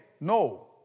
No